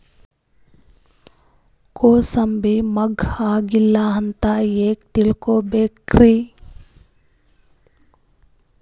ಕೂಸಬಿ ಮುಗ್ಗ ಆಗಿಲ್ಲಾ ಅಂತ ಹೆಂಗ್ ತಿಳಕೋಬೇಕ್ರಿ?